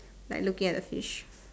like looking at the fish